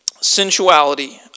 sensuality